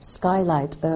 Skylight